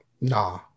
Nah